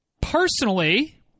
personally